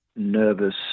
nervous